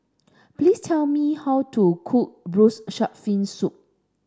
please tell me how to cook braised shark fin soup